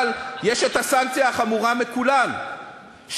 אבל יש הסנקציה החמורה מכולן,